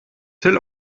till